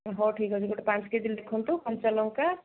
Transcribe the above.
ହଉ ଠିକ୍ ଅଛି ଗୋଟେ ପାଞ୍ଚ କେଜି ଲେଖନ୍ତୁ କଞ୍ଚା ଲଙ୍କା